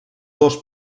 dos